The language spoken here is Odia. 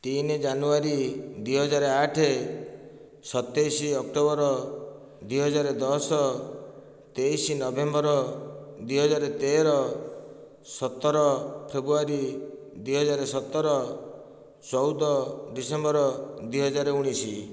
ତିନି ଜାନୁଆରୀ ଦୁଇ ହଜାର ଆଠ ସତେଇଶ ଅକ୍ଟୋବର ଦୁଇ ହଜାର ଦଶ ତେଇଶ ନଭେମ୍ବର ଦୁଇ ହଜାର ତେର ସତର ଫେବୃୟାରୀ ଦୁଇ ହଜାର ସତର ଚଉଦ ଡିସେମ୍ବର ଦୁଇ ହଜାର ଉଣାଇଶ